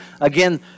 Again